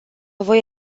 voi